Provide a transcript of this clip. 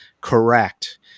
correct